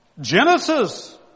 Genesis